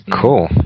cool